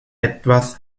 etwas